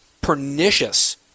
pernicious